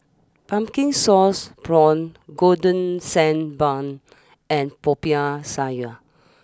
Pumpkin Sauce Prawns Golden Sand Bun and Popiah Sayur